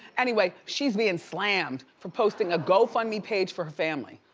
anyway, she's being slammed for posting a gofundme page for her family.